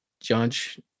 judge